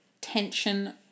Tension